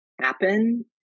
happen